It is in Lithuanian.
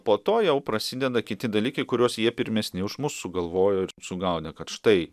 po to jau prasideda kiti dalykai kuriuos jie pirmesni už mus sugalvojo ir sugaudė kad štai